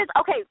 Okay